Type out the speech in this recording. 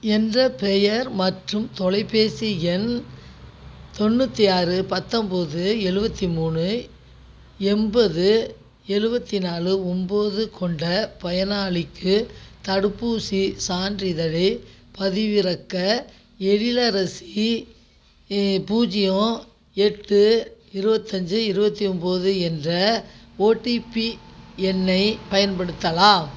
என்ற பெயர் மற்றும் தொலைபேசி எண் தொண்ணூற்றி ஆறு பத்தொம்போது எழுவத்தி மூணு எண்பது எழுவத்தி நாலு ஒம்போது கொண்ட பயனாளிக்கு தடுப்பூசிச் சான்றிதழைப் பதிவிறக்க எழிலரசி பூஜ்ஜியம் எட்டு இருபத்தஞ்சி இருபத்தி ஒம்போது என்ற ஓடிபி எண்ணைப் பயன்படுத்தலாம்